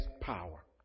power